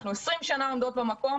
אנחנו 20 שנה עומדות במקום,